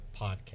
podcast